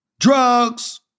drugs